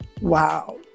Wow